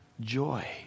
joy